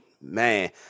man